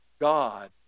God